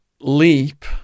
Leap